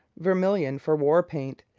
vermilion for war-paint,